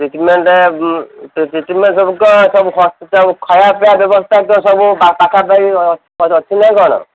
treatment treatment ସବୁ ଖାଇବା ପିଇବା ବ୍ୟବସ୍ଥା ତ ସବୁ ପା ପାଖାପାଖି ଅଛି ନା କ'ଣ